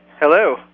Hello